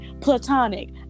platonic